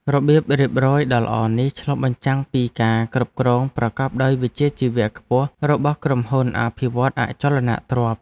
របៀបរៀបរយដ៏ល្អនេះឆ្លុះបញ្ចាំងពីការគ្រប់គ្រងប្រកបដោយវិជ្ជាជីវៈខ្ពស់របស់ក្រុមហ៊ុនអភិវឌ្ឍន៍អចលនទ្រព្យ។